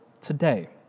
today